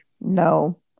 No